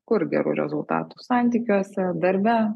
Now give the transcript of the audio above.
kur gerų rezultatų santykiuose darbe